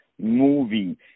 movie